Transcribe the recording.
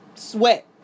Sweat